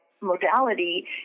Modality